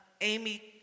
Amy